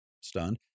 stunned